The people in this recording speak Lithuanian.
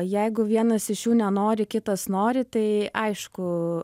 jeigu vienas iš jų nenori kitas nori tai aišku